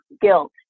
guilt